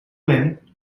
lynn